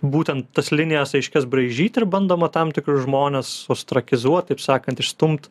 būtent tas linijas aiškias braižyt ir bandoma tam tikrus žmones ostrakizuot taip sakant išstumt